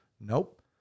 Nope